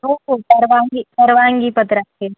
हो हो परवानगी परवानगीपत्र